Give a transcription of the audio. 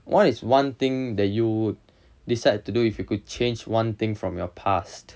what is one thing that you decide to do if you could change one thing from your past